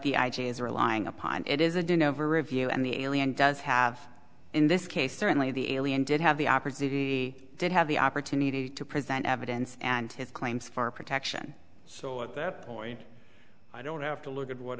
the i g is relying upon it is a dynevor review and the alien does have in this case certainly the alien did have the opposite he did have the opportunity to present evidence and his claims for protection so at that point i don't have to look at what